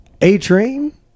A-Train